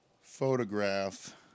Photograph